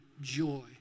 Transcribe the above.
joy